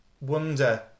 wonder